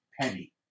penny